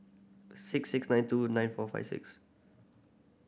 six six nine two nine four five six